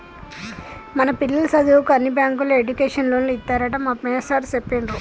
మన పిల్లల సదువుకు అన్ని బ్యాంకుల్లో ఎడ్యుకేషన్ లోన్లు ఇత్తారట మా మేస్టారు సెప్పిండు